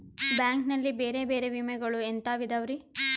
Bank ನಲ್ಲಿ ಬೇರೆ ಬೇರೆ ವಿಮೆಗಳು ಎಂತವ್ ಇದವ್ರಿ?